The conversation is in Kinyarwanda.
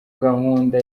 gahunda